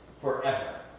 forever